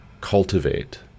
cultivate